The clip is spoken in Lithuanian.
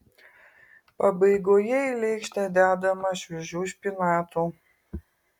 pabaigoje į lėkštę dedama šviežių špinatų